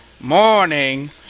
morning